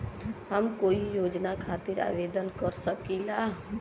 हम कोई योजना खातिर आवेदन कर सकीला?